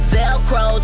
Velcro